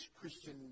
Christian